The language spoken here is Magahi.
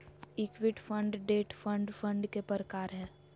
equity fund, debt fund fund के प्रकार हय